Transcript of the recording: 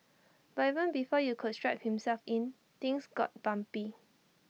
but even before you could strap himself in things got bumpy